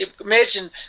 imagine